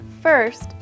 First